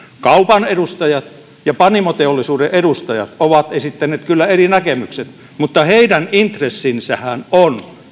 kaupan edustajat ja panimoteollisuuden edustajat ovat esittäneet kyllä eri näkemykset mutta heidän intressinsähän on